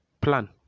plan